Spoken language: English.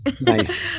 Nice